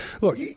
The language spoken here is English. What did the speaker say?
look